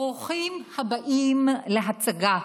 ברוכים הבאים להצגה,